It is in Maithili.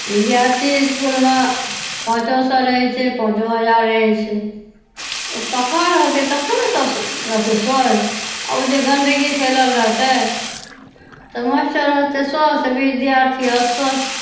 विद्यार्थी इसकुलमे पांचो सए रहै छै पांचो हजार रहै छै तऽ ओ सफा रहतै तखन ने सब रहतै स्वस्थ आ ओ जे गन्दगी फैलल रहतै तऽ मास्टर रहतै स्वस्थ विद्यार्थी अस्वस्थ